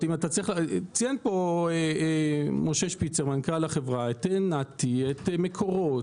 ציין משה שפיצר מנכ"ל החברה את נת"י, את מקורות,